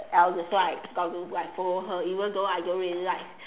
ya that's why got to like follow her even though I don't really like